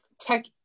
tech